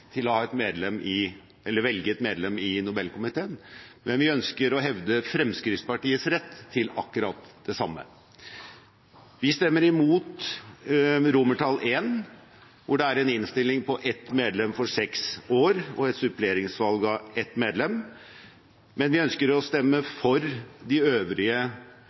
til å velge et medlem til Nobelkomiteen, men vi ønsker å hevde Fremskrittspartiets rett til akkurat det samme. Vi stemmer imot I, hvor det er en innstilling på ett medlem for seks år og et suppleringsvalg av ett medlem, men vi ønsker å stemme for de øvrige